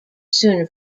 soon